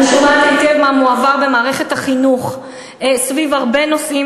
אני שומעת היטב מה מועבר במערכת החינוך סביב הרבה נושאים.